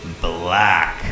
black